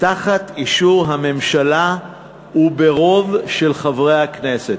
תחת אישור הממשלה וברוב של חברי הכנסת.